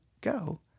go